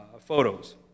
photos